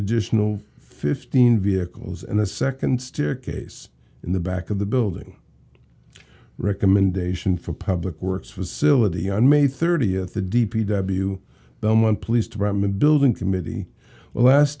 additional fifteen vehicles and a second staircase in the back of the building recommendation for public works facility on may thirtieth the d p w them one police department building committee last